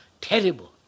terrible